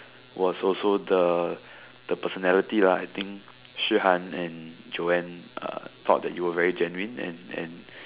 was also the personality lah I think Shi-Han and Joanne uh thought that you were very genuine and and